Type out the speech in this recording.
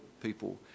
people